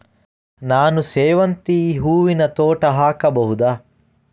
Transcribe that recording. ನಾನು ಸೇವಂತಿ ಹೂವಿನ ತೋಟ ಹಾಕಬಹುದಾ?